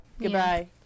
goodbye